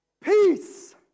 Peace